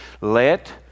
let